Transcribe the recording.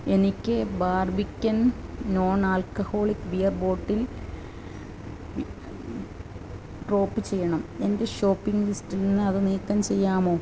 എനിക്ക് Barbican non alcoholic beer bottle drop ചെയ്യണം എന്റെ ഷോപ്പിംഗ് ലിസ്റ്റിൽ നിന്ന് അത് നീക്കം ചെയ്യാമോ